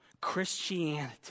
Christianity